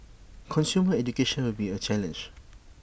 consumer education will be A challenge